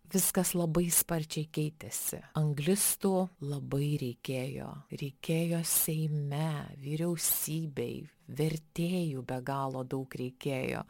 viskas labai sparčiai keitėsi anglistų labai reikėjo reikėjo seime vyriausybei vertėjų be galo daug reikėjo